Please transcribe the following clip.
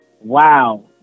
Wow